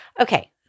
Okay